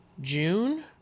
June